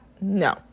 no